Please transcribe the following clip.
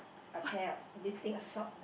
a pair of knitting a sock